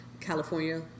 California